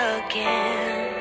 again